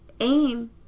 Aim